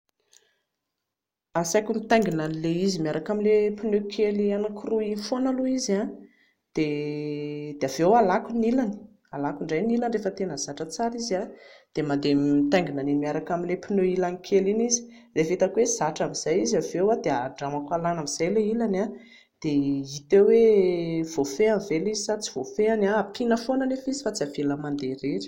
Asaiko mitaingina an'ilay izy miaraka amin'ilay pneu kely anankiroa iny foana aloha izy, dia avy eo alàko indray ny ilany rehefa tena zatra tsara izy dia mandeha mitaingina miaraka amin'iny pneu ilany kely iny izy, rehefa hitako hoe zatra amin'izay izy avy eo dia andramako alàna amin'izay ilay ilany dia hita eo hoe voafehiny ve ilay izy sa tsy voafehiny, ampiana foana anefa izy fa tsy avela handeha irery